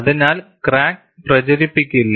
അതിനാൽ ക്രാക്ക് പ്രചരിപ്പിക്കില്ല